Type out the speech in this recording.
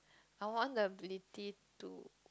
I want the ability to